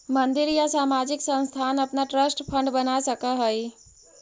मंदिर या सामाजिक संस्थान अपना ट्रस्ट फंड बना सकऽ हई